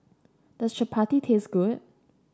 does Chapati taste good